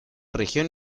región